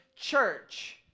church